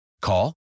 Call